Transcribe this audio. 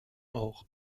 auch